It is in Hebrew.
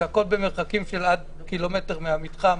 זה הכול במרחקים של עד קילומטר מהמתחם,